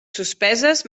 suspeses